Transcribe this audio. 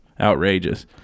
outrageous